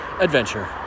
adventure